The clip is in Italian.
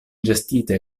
gestite